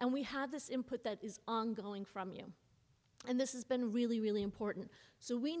and we had this input that is ongoing from you and this is been really really important so we